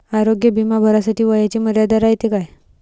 आरोग्य बिमा भरासाठी वयाची मर्यादा रायते काय?